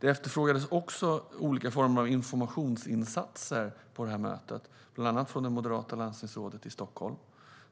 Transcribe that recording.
Det efterfrågades också olika former av informationsinsatser vid mötet, bland annat från det moderata landstingsrådet i Stockholm.